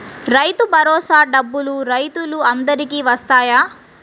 రైతు భరోసా డబ్బులు రైతులు అందరికి వస్తాయా?